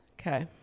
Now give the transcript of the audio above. Okay